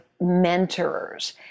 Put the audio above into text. mentors